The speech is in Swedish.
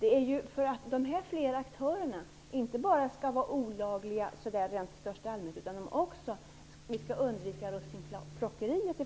Det är för att undvika att aktörerna är olagliga i största allmänhet och för att undvika russinplockeriet som vi